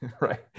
Right